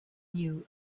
knew